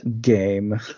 Game